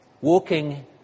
Walking